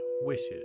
wishes